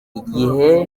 igihe